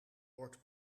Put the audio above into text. wordt